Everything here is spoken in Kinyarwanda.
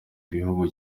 igihugu